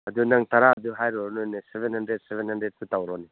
ꯑꯗꯨ ꯅꯪ ꯇꯔꯥꯗꯨ ꯍꯥꯏꯔꯨꯔꯅꯨꯅꯦ ꯁꯕꯦꯟ ꯍꯟꯗ꯭ꯔꯦꯗ ꯁꯕꯦꯅ ꯍꯟꯗ꯭ꯔꯦꯗꯇꯨ ꯇꯧꯔꯣꯅꯦ